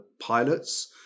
pilots